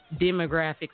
demographics